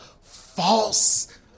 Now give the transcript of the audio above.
false